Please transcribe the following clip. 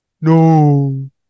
no